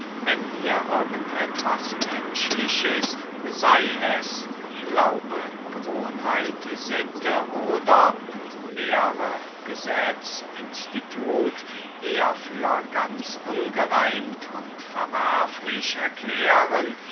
wenn wir irgend etwas menschliches sey es glaube gewohnheit sitte oder lehre gesetz institut eher für ganz ungereimt und verwerflich erklären